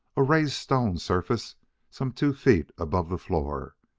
a raised stone surface some two feet above the floor.